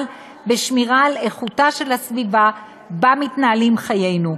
בשמירה על איכותה של הסביבה שבה מתנהלים חיינו.